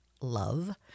love